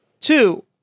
two